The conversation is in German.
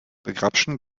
begrapschen